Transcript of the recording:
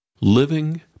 living